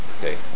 Okay